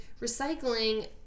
recycling